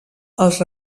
els